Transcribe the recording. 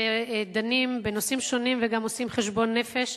ודנים בנושאים שונים וגם עושים חשבון נפש,